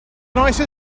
nice